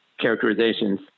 Characterizations